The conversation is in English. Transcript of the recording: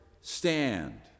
stand